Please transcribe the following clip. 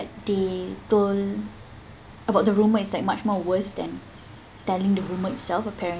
they told about the rumour is like much more worse than telling the rumour itself apparent